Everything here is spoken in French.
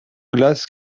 glace